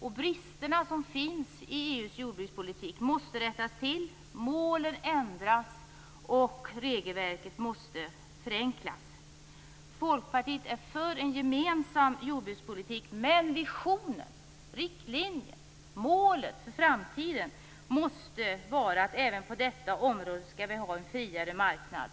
De brister som finns i EU:s jordbrukspolitik måste rättas till, målen måste ändras, och regelverket måste förenklas. Folkpartiet är för en gemensam jordbrukspolitik, men visionen - riktlinjer och målet för framtiden - måste vara att vi även på detta område skall ha en friare marknad.